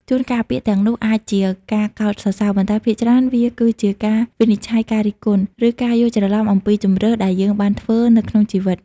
ជួនកាលពាក្យទាំងនោះអាចជាការកោតសរសើរ ប៉ុន្តែភាគច្រើនវាគឺជាការវិនិច្ឆ័យការរិះគន់ ឬការយល់ច្រឡំអំពីជម្រើសដែលយើងបានធ្វើនៅក្នុងជីវិត។